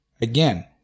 Again